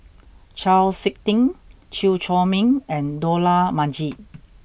Chau Sik Ting Chew Chor Meng and Dollah Majid